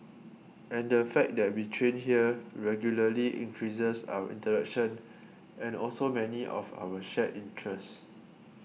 and the fact that we train here regularly increases our interaction and also many of our shared interests